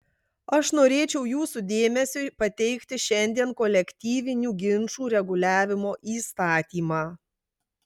aš norėčiau jūsų dėmesiui pateikti šiandien kolektyvinių ginčų reguliavimo įstatymą